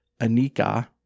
Anika